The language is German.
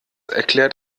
erklärt